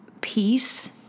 peace